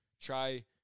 Try